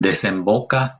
desemboca